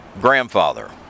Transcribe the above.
grandfather